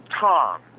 Tom